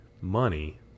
money